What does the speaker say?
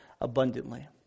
abundantly